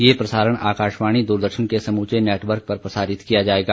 ये प्रसारण आकाशवाणी दूरदर्शन के समूचे नेटवर्क पर प्रसारित किया जाएगा